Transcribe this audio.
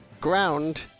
Ground